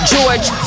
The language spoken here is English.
George